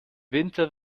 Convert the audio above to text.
winter